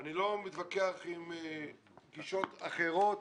אני לא מתווכח עם גישות אחרות,